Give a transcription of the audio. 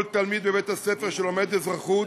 כל תלמיד בית-הספר שלומד אזרחות,